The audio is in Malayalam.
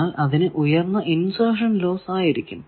എന്നാൽ അതിനു ഉയർന്ന ഇൻസെർഷൻ ലോസ് ആയിരിക്കും